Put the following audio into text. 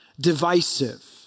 divisive